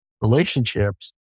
relationships